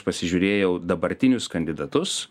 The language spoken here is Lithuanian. pasižiūrėjau dabartinius kandidatus